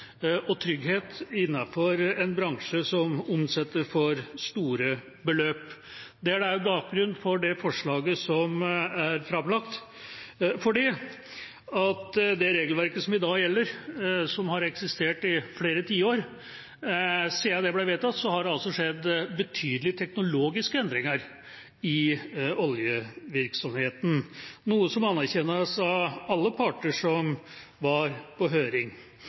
trygghet innenfor en bransje som omsetter for store beløp. Det er da også bakgrunnen for det forslaget som er framlagt. Det regelverket som i dag gjelder, har eksistert i flere tiår, og siden det ble vedtatt, har det skjedd betydelige teknologiske endringer i oljevirksomheten, noe som anerkjennes av alle parter som var på høring.